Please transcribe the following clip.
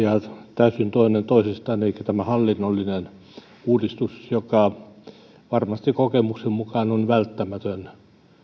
täysin eri asiaa toisistaan on tämä hallinnollinen uudistus joka kokemuksen mukaan on varmasti välttämätön